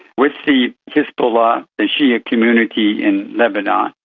with the hezbollah, the shi'a community in lebanon,